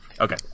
Okay